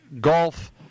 golf